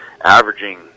averaging